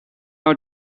want